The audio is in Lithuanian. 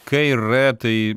k ir r tai